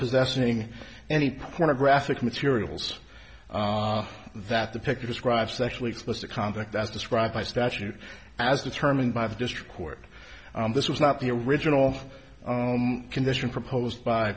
possessing any pornographic materials that the picture describes sexually explicit conduct as described by statute as determined by the district court this was not the original condition proposed by